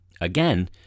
Again